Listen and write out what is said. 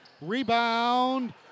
Rebound